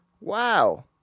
wow